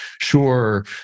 Sure